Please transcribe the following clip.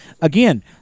Again